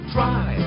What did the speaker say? Try